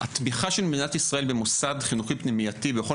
התמיכה של מדינת ישראל במוסד חינוכי פנימייתי בכל